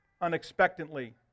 unexpectedly